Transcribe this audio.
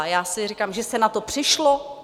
Já si říkám, že se na to přišlo?